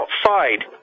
outside